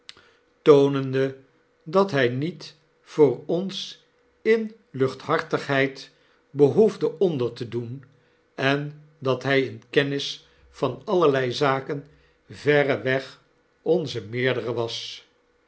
toonende dat hij niet voor ons in luchthartigheid behoefde onder te doen en dat hy in kennis van allerlei zaken verreweg onze meerdere was